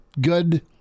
good